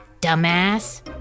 dumbass